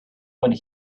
one